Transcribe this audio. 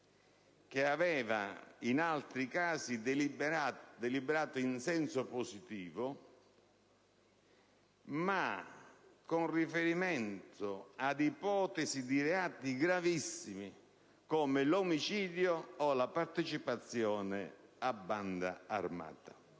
che ha in altri casi deliberato in senso positivo, ma con riferimento ad ipotesi di reati gravissimi come l'omicidio o la partecipazione a banda armata.